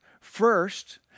First